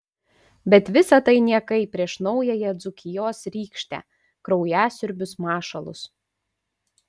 bet visa tai niekai prieš naująją dzūkijos rykštę kraujasiurbius mašalus